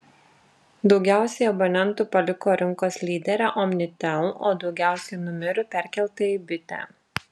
daugiausiai abonentų paliko rinkos lyderę omnitel o daugiausiai numerių perkelta į bitę